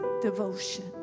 devotion